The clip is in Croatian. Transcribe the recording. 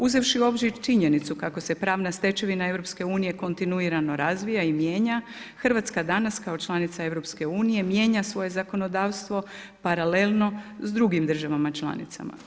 Uzevši u obzir činjenicu kako se pravna stečevina EU kontinuirano razvija i mijenja, Hrvatska danas, kao članica EU mijenja svoje zakonodavstvo paralelno s drugim državama članicama.